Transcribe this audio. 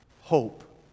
hope